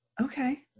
okay